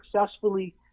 successfully